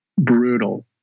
brutal